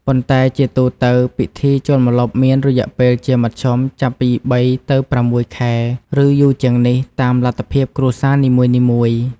ប៉ុន្តែជាទូទៅ ពីធីចូលម្លប់មានរយៈពេលជាមធ្យមចាប់ពី ៣ ទៅ ៦ ខែ ឬ យូរជាងនេះ តាមលទ្ធភាពគ្រួសារនីមួយៗ។